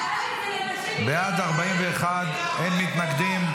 להצעת החוק מוצמדת הצעת